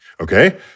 Okay